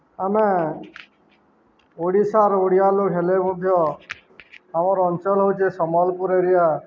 ଆମେ ଓଡ଼ିଶାର୍ ଓଡ଼ିଆ ଲୋକ୍ ହେଲେ ମଧ୍ୟ ଆମର୍ ଅଞ୍ଚଲ୍ ହଉଛେ ସମ୍ବଲପୁର୍ ଏରିଆ